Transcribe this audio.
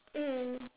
mm